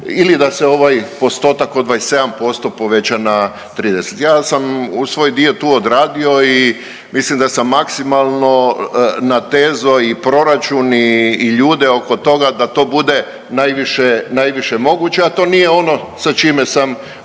ili da se ovaj postotak od 27% poveća na 30. Ja sam svoj dio tu odradio i mislim da sam maksimalno natezao i proračun i ljude oko toga da to bude najviše, najviše moguće, a to nije ono sa čime sam